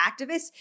activists